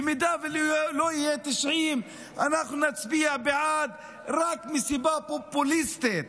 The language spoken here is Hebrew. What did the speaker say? אם לא יהיו 90 אנחנו נצביע בעד רק מסיבה פופוליסטית,